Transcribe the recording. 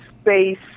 space